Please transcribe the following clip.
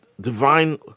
divine